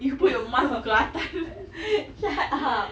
shut up